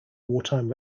wartime